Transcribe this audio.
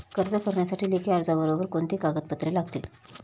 कर्ज करण्यासाठी लेखी अर्जाबरोबर कोणती कागदपत्रे लागतील?